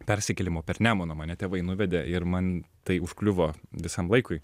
persikėlimo per nemuną mane tėvai nuvedė ir man tai užkliuvo visam laikui